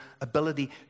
ability